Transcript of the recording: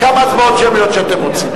כמה הצבעות שמיות שאתם רוצים.